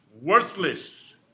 worthless